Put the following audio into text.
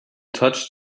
touched